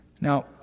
Now